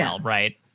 right